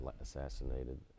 assassinated